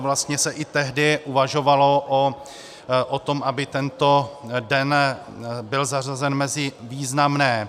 Vlastně se i tehdy uvažovalo o tom, aby tento den byl zařazen mezi významné.